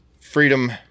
freedom